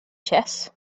chess